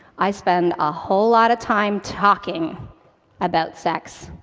i spend a whole lot of time talking about sex.